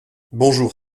bonjour